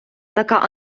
така